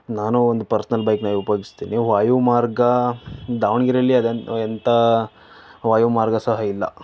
ನಾನೂ ಒಂದು ಪರ್ಸ್ನಲ್ ಬೈಕನ್ನು ಉಪಯೋಗಿಸ್ತೀನಿ ವಾಯು ಮಾರ್ಗ ದಾವಣಗೆರೆಯಲ್ಲಿ ಅದೇನು ಎಂಥ ವಾಯು ಮಾರ್ಗ ಸಹ ಇಲ್ಲ